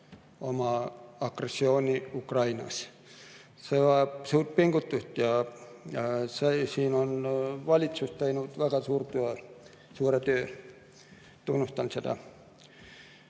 oma agressiooni[sõja] Ukrainas. See vajab suurt pingutust ja siin on valitsus teinud ära väga suure töö. Tunnustan seda.